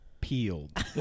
peeled